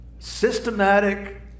systematic